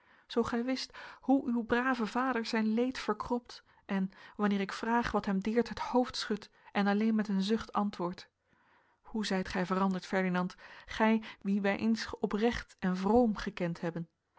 zoo gij wist hoe uw brave vader zijn leed verkropt en wanneer ik vraag wat hem deert het hoofd schudt en alleen met een zucht antwoordt hoe zijt gij veranderd ferdinand gij wien wij eens oprecht en vroom gekend hebben